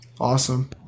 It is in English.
Awesome